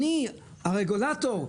אני הרגולטור,